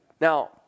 Now